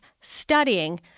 studying